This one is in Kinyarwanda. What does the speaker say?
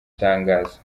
tangazo